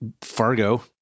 Fargo